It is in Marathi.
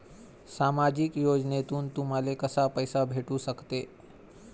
सामाजिक योजनेतून तुम्हाले कसा पैसा भेटू सकते?